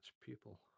people